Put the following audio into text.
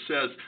says